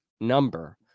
number